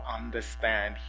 understand